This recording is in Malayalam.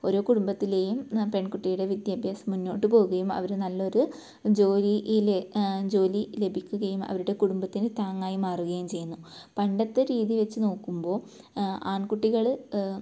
ഓരോ കുടുംബത്തിലെയും പെൺകുട്ടിയുടെ വിദ്യാഭ്യാസം മുന്നോട്ട് പോവുകയും അവർ നല്ലൊരു ജോലിയിൽ ജോലി ലഭിക്കുകയും അവരുടെ കുടുംബത്തിന് താങ്ങായി മാറുകയും ചെയ്യുന്നു പണ്ടത്തെ രീതി വെച്ച് നോക്കുമ്പോൾ ആൺകുട്ടികൾ